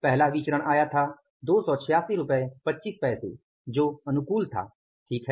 पहला विचरण आया था 28625 अनुकूल ठीक है